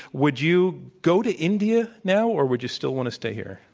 would you go to india now or would you still want to stay here?